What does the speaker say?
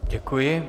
Děkuji.